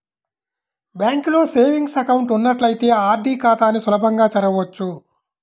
బ్యాంకులో savings account ఉన్నట్లయితే RD ఖాతాని సులభంగా తెరవచ్చు